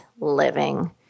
living